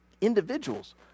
individuals